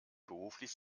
beruflich